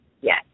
Yes